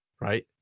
Right